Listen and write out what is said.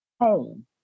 home